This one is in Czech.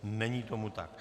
Není tomu tak.